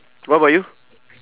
what about you